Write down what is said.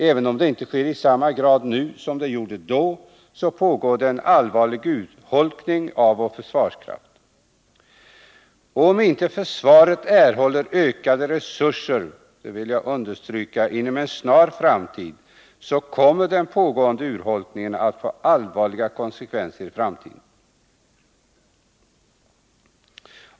Även om det inte sker i samma grad nu som det gjorde då pågår en allvarlig urholkning av vår försvarskraft. Och om inte försvaret inom en snar framtid erhåller ökade resurser — det vill jag understryka — kommer den pågående urholkningen att få allvarliga konsekvenser i framtiden.